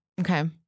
Okay